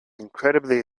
incredibly